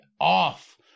off